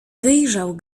wyjrzał